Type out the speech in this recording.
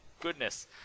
goodness